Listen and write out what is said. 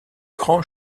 grand